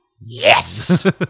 Yes